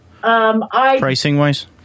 pricing-wise